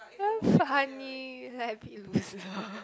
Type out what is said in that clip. very funny like a bit loser